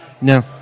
No